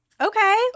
Okay